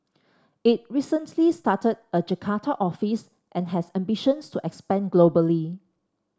it recently started a Jakarta office and has ambitions to expand globally